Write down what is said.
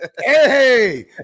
Hey